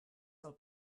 del